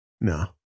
No